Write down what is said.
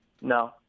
No